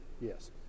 Yes